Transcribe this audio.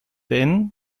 penh